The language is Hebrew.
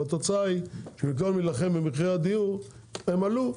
התוצאה היא שגם אם נילחם במחירי הדיור הם יעלו,